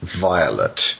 Violet